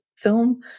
film